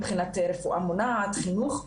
מבחינת רפואה מונעת וחינוך,